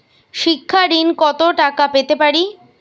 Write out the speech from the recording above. শিক্ষা ঋণ কত টাকা পেতে পারি?